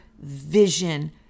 vision